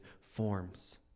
forms